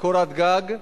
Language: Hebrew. לקורת גג,